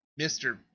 Mr